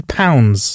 pounds